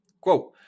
Quote